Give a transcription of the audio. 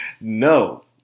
no